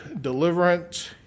deliverance